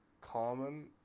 Common